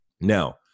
Now